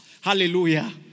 Hallelujah